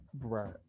Right